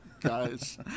Guys